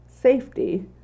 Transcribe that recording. safety